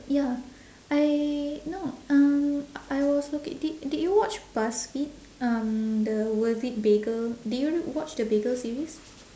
ya I no um I was looking did did you watch buzzfeed um the worth it bagel did you watch the bagel series